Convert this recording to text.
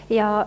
ja